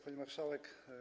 Pani Marszałek!